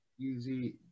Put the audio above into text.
Easy